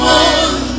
one